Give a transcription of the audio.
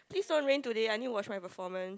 please don't rain today I need to watch my performance